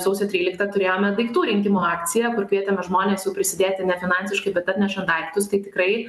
sausio tryliktą turėjome daiktų rinkimo akciją kur kvietėme žmones jau prisidėti ne finansiškai bet atneša daiktus tai tikrai